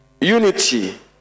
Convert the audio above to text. Unity